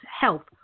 health